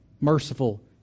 merciful